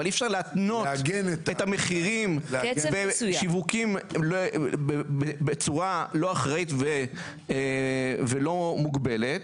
אבל אי אפשר להתנות את המחירים בשיווקים בצורה לא אחראית ולא מוגבלת,